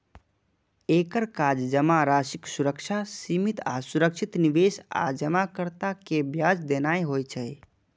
एकर काज जमाराशिक सुरक्षा, सीमित आ सुरक्षित निवेश आ जमाकर्ता कें ब्याज देनाय होइ छै